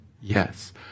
Yes